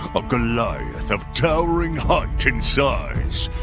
a goliath of towering height and size,